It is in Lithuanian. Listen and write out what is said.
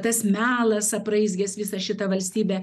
tas melas apraizgęs visą šitą valstybę